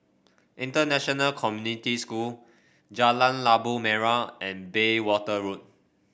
International Community School Jalan Labu Merah and Bayswater Road